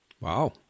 Wow